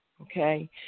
Okay